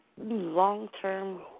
Long-term